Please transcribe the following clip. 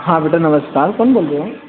हाँ बेटा नमस्कार कौन बोल रहे हैं